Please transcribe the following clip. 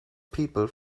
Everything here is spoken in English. people